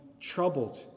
troubled